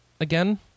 again